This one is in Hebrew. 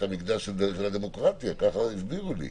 המקדש של הדמוקרטיה, ככה הסבירו לי.